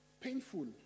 painful